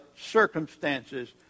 circumstances